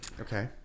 Okay